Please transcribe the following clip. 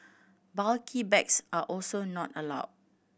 bulky bags are also not allowed